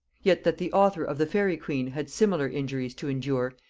yet that the author of the faery queen had similar injuries to endure,